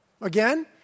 Again